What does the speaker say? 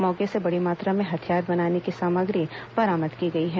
मौके से बड़ी मात्रा में हथियार बनाने की सामग्री बरामद की गई है